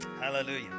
Hallelujah